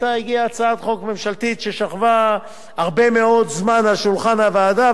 הגיעה הצעת חוק ממשלתית ששכבה הרבה מאוד זמן על שולחן הוועדה.